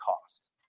cost